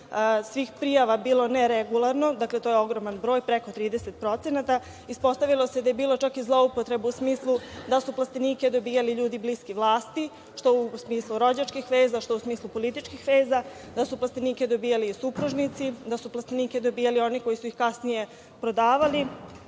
svih prijava bilo neregularno, dakle, to je ogroman broj, preko 30%. Ispostavilo se da je bilo čak i zloupotreba u smislu da su plastenike dobijali ljudi bliske vlasti, što u smislu rođačkih veza, što u smislu političkih veza, da su plastenike dobijali supružnici, da su plastenike dobijali oni koji su ih kasnije prodavali,